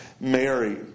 Mary